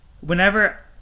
whenever